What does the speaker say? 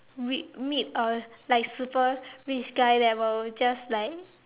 rea~ meet a like super rich guy that will just like